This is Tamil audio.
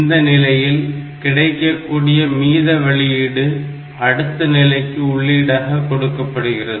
இந்த நிலையில் கிடைக்கக்கூடிய மீத வெளியீடு அடுத்த நிலைக்கு உள்ளீடாக கொடுக்கப்படுகிறது